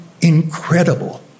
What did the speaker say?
incredible